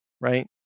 right